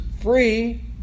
free